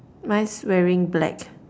mine's wearing black